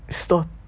it's not